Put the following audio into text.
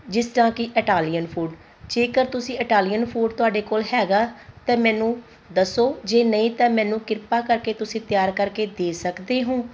ਜਿਸ ਤਰ੍ਹਾਂ ਕਿ ਇਟਾਲੀਅਨ ਫੂਡ ਜੇਕਰ ਤੁਸੀਂ ਇਟਾਲੀਅਨ ਫੂਡ ਤੁਹਾਡੇ ਕੋਲ ਹੈਗਾ ਤਾਂ ਮੈਨੂੰ ਦੱਸੋ ਜੇ ਨਹੀਂ ਤਾਂ ਮੈਨੂੰ ਕਿਰਪਾ ਕਰਕੇ ਤੁਸੀਂ ਤਿਆਰ ਕਰਕੇ ਦੇ ਸਕਦੇ ਹੋ